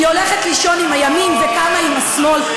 היא הולכת לישון עם הימין וקמה עם השמאל.